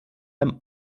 einem